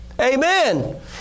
Amen